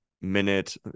minute